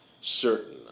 certain